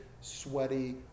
sweaty